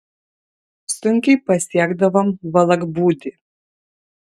sunkiai pasiekdavom valakbūdį